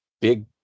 big